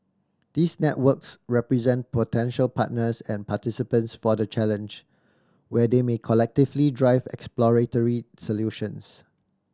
these networks represent potential partners and participants for the Challenge where they may collectively drive exploratory solutions